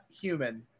human